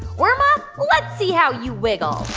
worma, let's see how you wiggle